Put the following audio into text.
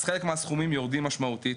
אז חלק מהסכומים יורדים משמעותית